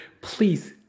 please